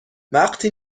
وقتی